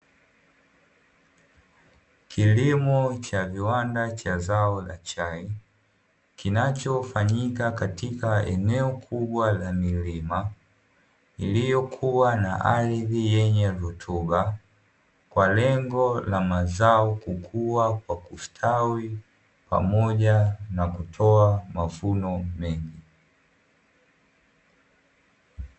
Kilimo cha viwanda cha zao la chai kinachofanyika katika eneo kubwa la milima. Iliyokuwa na ardhi yenye rutuba, kwa lengo la mazao kukua kwa kustawi pamoja na kutoa mavuno mengi.